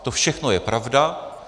To všechno je pravda.